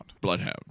Bloodhound